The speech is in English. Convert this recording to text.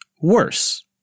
Worse